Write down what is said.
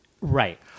Right